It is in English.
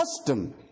custom